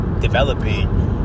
developing